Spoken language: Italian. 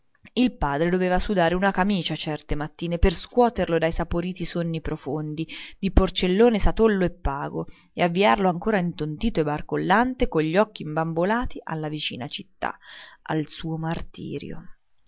il padre doveva sudare una camicia certe mattine per scuoterlo dai saporiti sonni profondi di porcellone satollo e pago e avviarlo ancora intontito e barcollante con gli occhi imbambolati alla vicina città al suo martirio